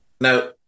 Now